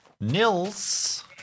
Nils